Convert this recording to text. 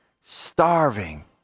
Starving